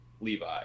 Levi